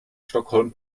stockholm